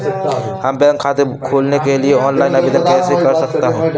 हम बैंक खाता खोलने के लिए ऑनलाइन आवेदन कैसे कर सकते हैं?